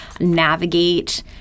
navigate